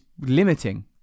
limiting